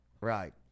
Right